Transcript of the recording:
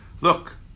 Look